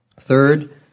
Third